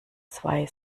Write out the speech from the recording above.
zwei